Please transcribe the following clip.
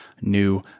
new